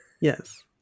Yes